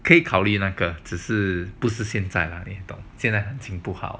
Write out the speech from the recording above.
可以考虑那个只是不是现在你懂现在行情不好